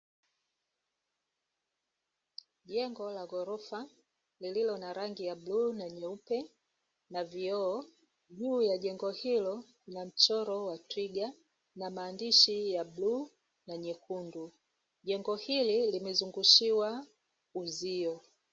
Jengo la ghorofa lililo na rangi ya bluu na nyeupe na vioo, juu ya jengo hilo lina mchoro wa twiga na maandishi ya bluu na nyekundu, jengo limezungushiwa uzio.